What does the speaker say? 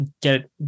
get